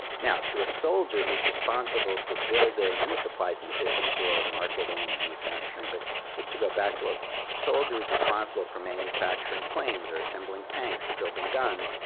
now, to a soldier who's responsible for building. and this applies in the business world, marketing, manufacturing, but just to go back, to a soldier is responsible for manufacturing planes, or assembling tanks, or building guns,